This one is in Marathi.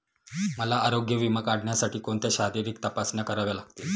मला आरोग्य विमा काढण्यासाठी कोणत्या शारीरिक तपासण्या कराव्या लागतील?